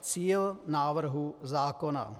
Cíl návrhu zákona.